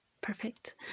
Perfect